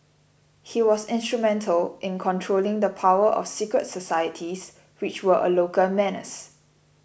he was instrumental in controlling the power of secret societies which were a local menace